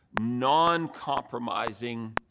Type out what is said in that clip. non-compromising